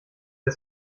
der